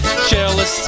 Jealous